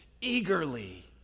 eagerly